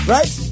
Right